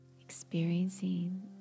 experiencing